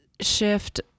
shift